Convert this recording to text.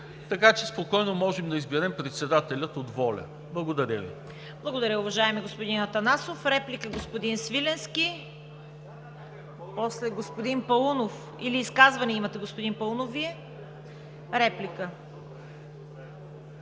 така че спокойно може да изберем председателя от ВОЛЯ. Благодаря Ви.